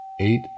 eight